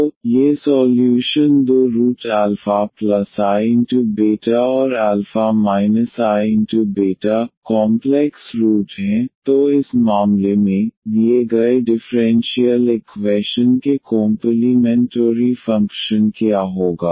तो ये सॉल्यूशन दो रूट αiβ और α iβ कॉम्प्लेक्स रूट हैं तो इस मामले में दिए गए डिफ़्रेंशियल इक्वैशन के कोंपलीमेंटोरी फंक्शन क्या होगा